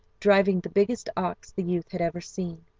driving the biggest ox the youth had ever seen.